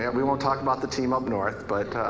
and we won't talk about the team up north but.